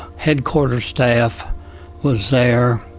headquarters staff was there,